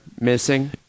missing